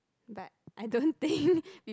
but I don't think